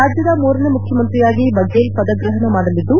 ರಾಜ್ಯದ ಮೂರನೇ ಮುಖ್ಯಮಂತ್ರಿಯಾಗಿ ಬಫೇಲ್ ಪದಗ್ರಪಣ ಮಾಡಲಿದ್ದು